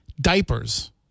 diapers